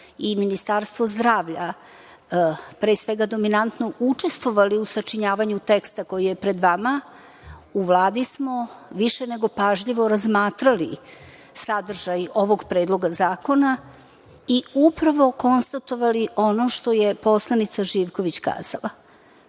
i Ministarstvo zdravlja, pre svega dominantno učestvovali u sačinjavanju teksta koji je pred vama, u Vladi smo više nego pažljivo razmatrali sadržaj ovog predloga zakona i upravo konstatovali ono što je poslanica Živković kazala.